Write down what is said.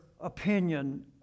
opinion